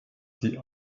sie